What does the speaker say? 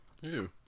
Ew